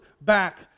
back